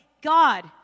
God